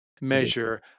measure